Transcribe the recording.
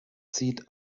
sieht